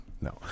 No